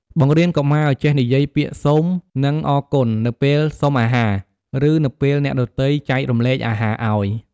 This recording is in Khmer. បង្រៀនកុមារឲ្យចេះនិយាយពាក្យ "សូម" និង "អរគុណ" នៅពេលសុំអាហារ ឬនៅពេលអ្នកដទៃចែករំលែកអាហារឲ្យ។